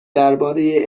درباره